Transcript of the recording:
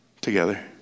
together